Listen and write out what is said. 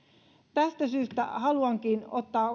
tästä syystä haluankin